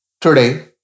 Today